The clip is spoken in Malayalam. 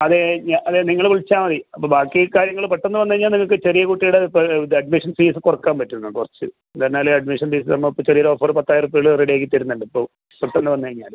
അത് ഞാൻ അതെ നിങ്ങൾ വിളിച്ചാൽ മതി ബാക്കി കാര്യങ്ങൾ പെട്ടെന്ന് വന്ന് കഴിഞ്ഞാൽ നിങ്ങൾക്ക് ചെറിയ കുട്ടിയുടെ ഇത് അഡ്മിഷൻ ഫീസ് കുറക്കാൻ പറ്റും നിങ്ങൾക്ക് കുറച്ച് എന്നാൽ അഡ്മിഷൻ ഫീസ് നമ്മൾ ചെറിയ ഒരു ഓഫറ് പത്തായിരം ഉർപ്യയിൽ റെഡിയാക്കി തരുന്നുണ്ട് ഇപ്പോൾ പെട്ടെന്ന് വന്ന് കഴിഞ്ഞാൽ